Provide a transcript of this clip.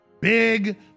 big